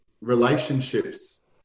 relationships